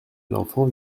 l’enfant